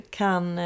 kan